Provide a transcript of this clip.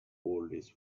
always